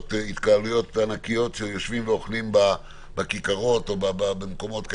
התקהלויות ענקיות שיושבים ואוכלים בכיכרות ובכל מיני מקומות.